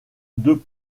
deux